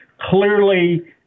clearly